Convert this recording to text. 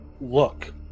look